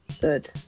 good